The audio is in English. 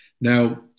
Now